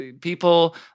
people